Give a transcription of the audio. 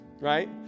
right